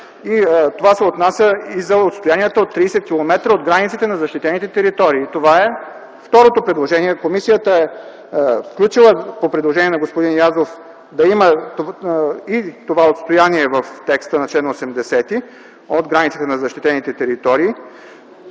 Това е отнася и за отстоянията от 30 км от границите на защитените територии. Това е второто предложение. Комисията по предложение на господин Язов е включила да има и това отстояние в текста на чл. 80 от границите на защитените територии,